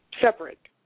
separate